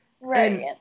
Right